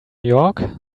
york